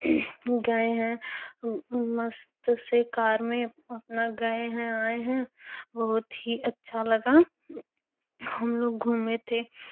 गए हैं मस्त से कार में अपना गएँ हैं आएँ हैं बहुत ही अच्छा लगा हम लोग घूमे थे